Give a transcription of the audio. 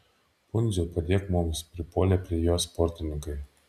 pundziau padėk mums pripuolė prie jo sportininkai